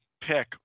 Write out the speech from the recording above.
pick